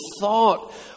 thought